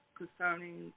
concerning